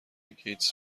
گیتس